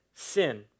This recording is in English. sin